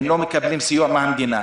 הם לא מקבלים סיוע מהמדינה.